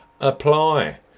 apply